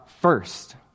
first